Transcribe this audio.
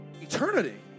eternity